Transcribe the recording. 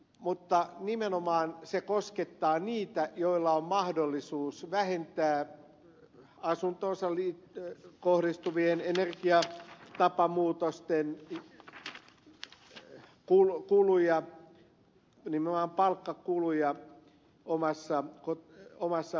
mutta nimenomaan se koskettaa niitä joilla on mahdollisuus vähentää asuntoonsa kohdistuvienetä jos tapamuutosten ja nyt kohdistuvien energiatapamuutosten palkkakuluja omassa verotuksessaan